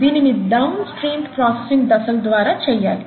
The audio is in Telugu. దీనిని డౌన్ స్ట్రీమ్ ప్రాసెసింగ్ దశల ద్వారా చేయాలి